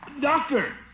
Doctor